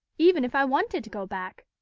even if i wanted to go back.